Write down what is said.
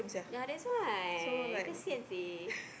ya that's why kesian seh